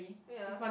ya